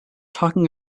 talking